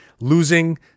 losing